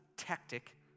tactic